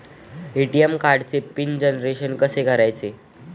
ATM कार्डचे pin generation कसे करायचे?